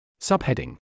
Subheading